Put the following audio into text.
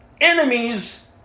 enemies